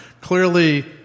clearly